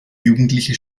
jugendliche